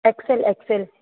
excel excel